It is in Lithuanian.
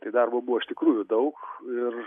tai darbo buvo iš tikrųjų daug ir